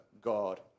God